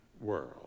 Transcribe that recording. world